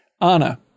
Anna